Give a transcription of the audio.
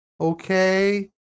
Okay